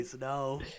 no